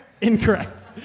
Incorrect